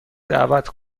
دعوت